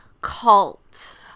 cult